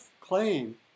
claim